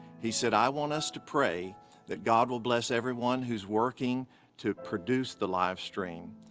he said i want us to pray that god will bless everyone who's working to produce the live stream.